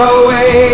away